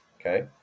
Okay